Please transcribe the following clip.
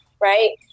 right